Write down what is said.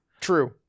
True